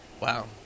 Wow